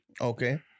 okay